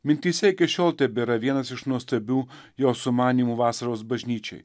mintyse iki šiol tebėra vienas iš nuostabių jo sumanymų vasaros bažnyčioj